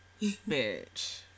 Bitch